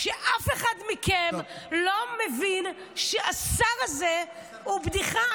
שאף אחד מכם לא מבין שהשר הזה הוא בדיחה.